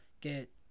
get